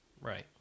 Right